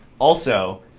also,